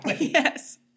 Yes